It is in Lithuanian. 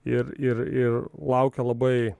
ir ir ir laukia labai